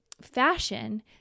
fashion